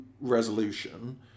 resolution